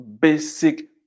basic